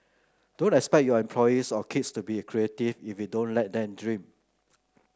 don't expect your employees or kids to be creative if you don't let them dream